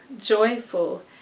joyful